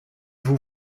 vous